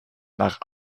nach